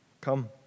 Come